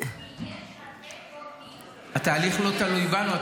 כי יש הרבה גורמים שמנסים --- התהליך לא תלוי בנו.